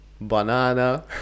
banana